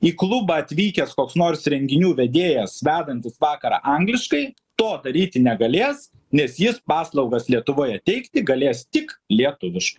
į klubą atvykęs koks nors renginių vedėjas vedantis vakarą angliškai to daryti negalės nes jis paslaugas lietuvoje teikti galės tik lietuviškai